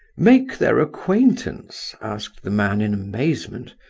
make their acquaintance? asked the man, in amazement,